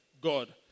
God